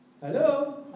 Hello